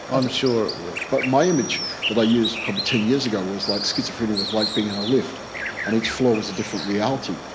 i'm sure it will. but my image that i used, probably ten years ago was that like schizophrenia was like being in a lift and each floor was a different reality,